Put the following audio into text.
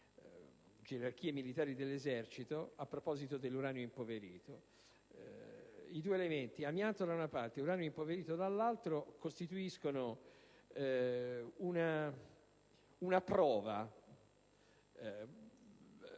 gerarchie militari dell'Esercito a proposito dell'uranio impoverito. I due elementi - amianto, da una parte, e uranio impoverito, dall'altra - costituiscono una prova